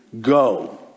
go